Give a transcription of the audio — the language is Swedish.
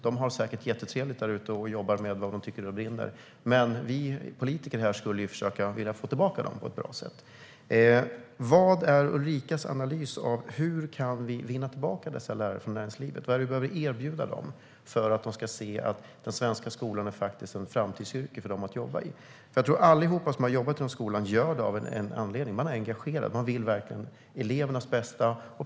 De har det säkert jättetrevligt där ute och jobbar med det som de trivs med. Men vi politiker skulle försöka få tillbaka dem på ett bra sätt. Vad är Ulrikas analys av hur vi kan vinna tillbaka dessa lärare från näringslivet? Vad är det vi behöver erbjuda dem för att de ska se att läraryrket i den svenska skolan är ett framtidsyrke för dem? Jag tror att alla som jobbar inom skolan gör det av en anledning, nämligen att de är engagerade och verkligen vill elevernas bästa.